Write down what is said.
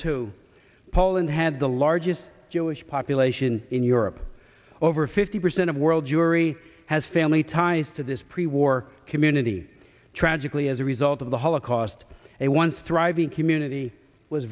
two poland had the largest jewish population in europe over fifty percent of world jewry has family ties to this pre war community tragically as a result of the holocaust a once thriving community was